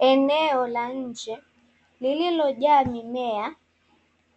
Eneo la nje lililojaa mimea